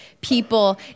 people